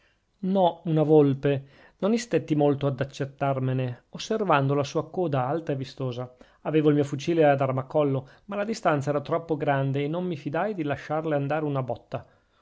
no una volpe non istetti molto ad accertarmene osservando la sua coda alta e vistosa avevo il mio fucile ad armacollo ma la distanza era troppo grande e non mi fidai di lasciarle andare una botta